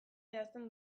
idazten